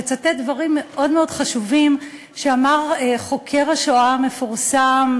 לצטט דברים מאוד מאוד חשובים שאמר חוקר השואה המפורסם,